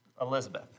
Elizabeth